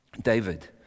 David